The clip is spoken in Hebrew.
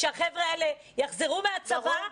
כשהחבר'ה האלה יחזרו מהצבא,